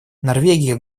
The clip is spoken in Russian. норвегия